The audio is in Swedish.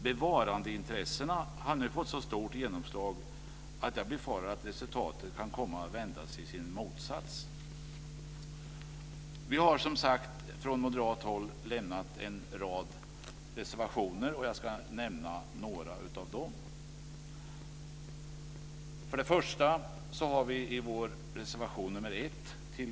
Bevarandeintressena har nu fått så stort genomslag att jag befarar att resultatet kan komma att vändas i sin motsats. Vi har som sagt från moderat håll fogat en rad reservationer till betänkandet, och jag ska nämna några av dem. Jag yrkar bifall till vår reservation 1.